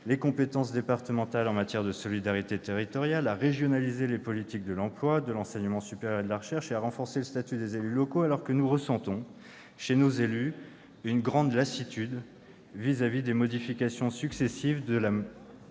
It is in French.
les compétences départementales en matière de solidarité territoriale, à régionaliser les politiques de l'emploi, de l'enseignement supérieur et de la recherche et à renforcer le statut des élus locaux. Or nous ressentons, chez nos élus, une grande lassitude face aux modifications successives de la